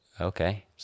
Okay